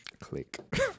Click